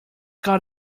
got